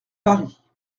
paris